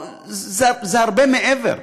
זה הרבה מעבר.